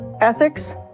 Ethics